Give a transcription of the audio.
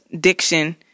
diction